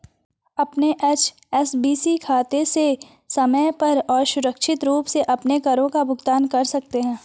अपने एच.एस.बी.सी खाते से समय पर और सुरक्षित रूप से अपने करों का भुगतान कर सकते हैं